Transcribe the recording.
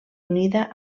unida